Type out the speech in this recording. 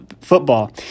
football